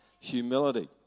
humility